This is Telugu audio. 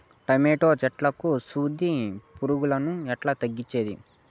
టమోటా చెట్లకు సూది పులుగులను ఎట్లా తగ్గించేది?